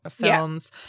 films